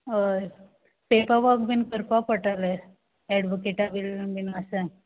होय paper work बीन कोरपा पोडटोले एडवोकेटा बीन मातशें